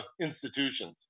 institutions